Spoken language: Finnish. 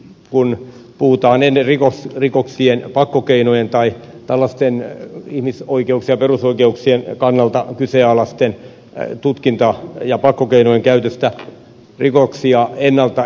huone huutaa niin eriko puuttuisin tuohon kun puhutaan ihmisoikeuksien ja perusoikeuksien kannalta kyseenalaisten tutkinta ja pakkokeinojen käytöstä rikoksia ennalta ehkäisevästi